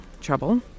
trouble